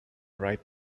ripe